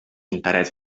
interès